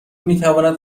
میتواند